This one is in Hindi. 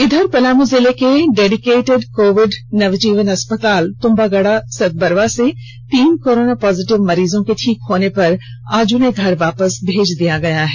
इधर पलामू जिले के डेडिकेटेड कोविड नवजीवन अस्पताल तुंबागडा सतबरवा से तीन कोरोना पॉजिटिव मरीजों के ठीक होने पर आज उन्हें घर वापस भेज दिया गया है